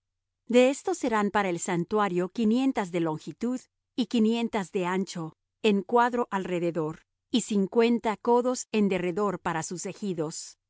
de esto serán para el santuario quinientas de longitud y quinientas de ancho en cuadro alrededor y cincuenta codos en derredor para sus ejidos